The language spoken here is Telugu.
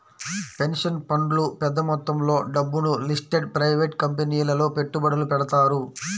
పెన్షన్ ఫండ్లు పెద్ద మొత్తంలో డబ్బును లిస్టెడ్ ప్రైవేట్ కంపెనీలలో పెట్టుబడులు పెడతారు